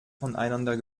voneinander